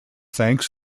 thanks